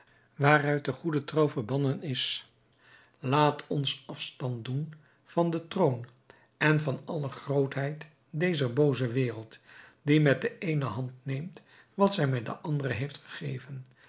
waaruit de goede trouw verbannen is laat ons afstand doen van den troon en van alle grootheid dezer booze wereld die met de eene hand neemt wat zij met de andere heeft gegeven